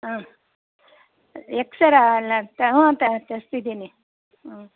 ಹಾಂ X ray ಎಲ್ಲ ಹ್ಞೂ ತೆಗ್ಸಿದ್ದೀನಿ ಹ್ಞೂ